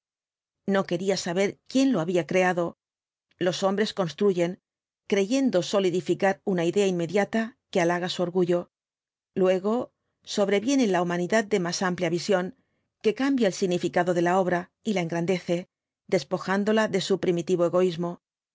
no quería saber quién lo había creado los hombres construyen creyendo solidificar una idea inmediata que halaga su orgullo luego sobreviene la humanidad de más amplia visión que cambia el significado de la obra y la engran vj ibákb dece despojándola de su primitivo egoísmo